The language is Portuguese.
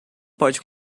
pode